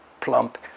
plump